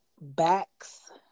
Backs